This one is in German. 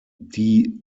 die